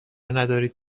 ندارید